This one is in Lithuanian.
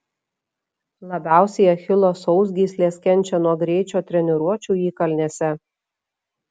labiausiai achilo sausgyslės kenčia nuo greičio treniruočių įkalnėse